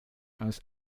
aus